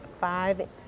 Five